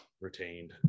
retained